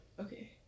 Okay